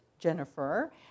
Jennifer